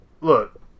Look